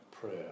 prayer